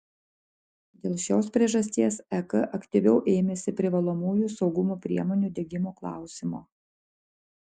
dėl šios priežasties ek aktyviau ėmėsi privalomųjų saugumo priemonių diegimo klausimo